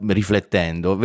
riflettendo